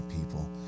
people